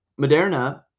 Moderna